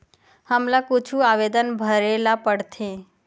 हमला कुछु आवेदन भरेला पढ़थे?